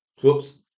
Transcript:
whoops